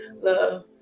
Love